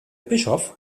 bischof